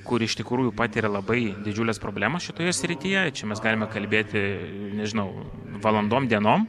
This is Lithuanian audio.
kuri iš tikrųjų patiria labai didžiules problemas šitoje srityje čia mes galime kalbėti nežinau valandom dienom